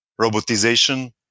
robotization